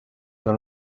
dans